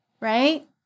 right